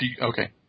Okay